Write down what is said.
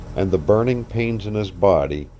and the burning pains in his body,